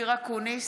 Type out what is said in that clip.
אופיר אקוניס,